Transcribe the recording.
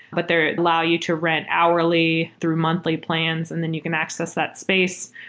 but they allow you to rent hourly, through monthly plans, and then you can access that space.